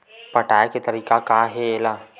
पटाय के तरीका का हे एला?